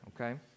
okay